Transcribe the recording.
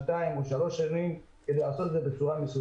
שנתיים או שלוש כדי שזה ייעשה בצורה מסודרת.